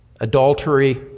adultery